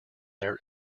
their